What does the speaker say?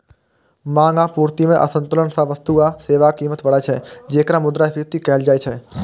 मांग आ आपूर्ति मे असंतुलन सं वस्तु आ सेवाक कीमत बढ़ै छै, जेकरा मुद्रास्फीति कहल जाइ छै